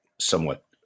somewhat